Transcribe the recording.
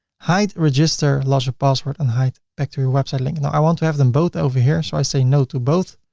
hide register lost password and hide back to your website link. no, i want to have them both over here so i say no to both.